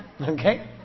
Okay